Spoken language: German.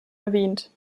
erwähnt